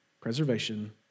Preservation